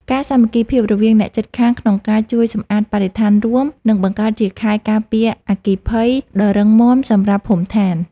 ការសាមគ្គីភាពរវាងអ្នកជិតខាងក្នុងការជួយសម្អាតបរិស្ថានរួមនឹងបង្កើតជាខែលការពារអគ្គិភ័យដ៏រឹងមាំសម្រាប់ភូមិឋាន។